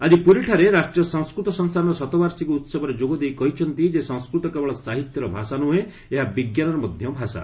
ଆଜି ପୁରୀଠାରେ ରାଷ୍ଟ୍ରୀୟ ସଂସ୍କୃତ ସଂସ୍ଥାନର ଶତବାର୍ଷିକୀ ଉତ୍ସବରେ ଯୋଗଦେଇ କହିଛନ୍ତି ଯେ ସଂସ୍କୃତ କେବଳ ସାହିତ୍ୟର ଭାଷା ନୁହେଁ ଏହା ବିଜ୍ଞାନର ମଧ୍ୟ ଭାଷା